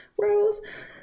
Rose